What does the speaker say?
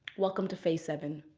welcome to phase seven.